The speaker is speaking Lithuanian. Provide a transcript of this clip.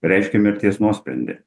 reiškė mirties nuosprendį